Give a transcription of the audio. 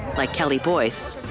like kelly boyce,